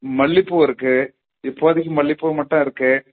மல்லிகைப்பூ இருக்குது இப்போதைக்கு மல்லிகைப்பூ மட்டும் இருக்குது